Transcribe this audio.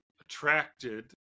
attracted